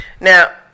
Now